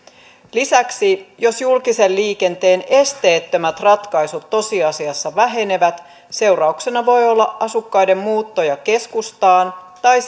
lisäksi jos julkisen liikenteen esteettömät ratkaisut tosiasiassa vähenevät seurauksena voi olla asukkaiden muuttoja keskustaan tai